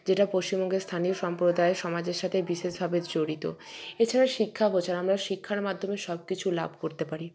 যেটা পশ্চিমবঙ্গের স্থানীয় সম্প্রদায় সমাজের সাথে বিশেষভাবে জড়িত এছাড়া শিক্ষাগোচর আমরা শিক্ষার মাধ্যমে সবকিছু লাভ করতে পারি